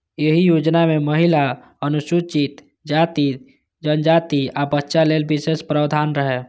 एहि योजना मे महिला, अनुसूचित जाति, जनजाति, आ बच्चा लेल विशेष प्रावधान रहै